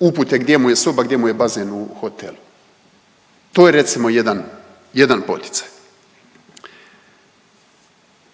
upute gdje mu je soba, gdje mu je bazen u hotel? To je recimo jedan poticaj.